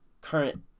Current